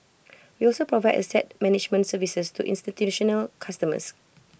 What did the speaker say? we also provide asset management services to institutional customers